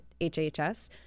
HHS